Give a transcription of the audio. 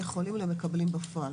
הם יכולים, הם לא מקבלים בפועל.